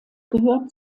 gehört